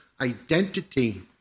identity